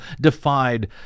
defied